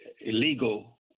illegal